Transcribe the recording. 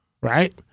right